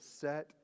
set